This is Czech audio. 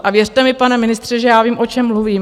A věřte mi, pane ministře, že já vím, o čem mluvím.